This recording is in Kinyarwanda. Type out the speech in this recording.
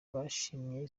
bashimye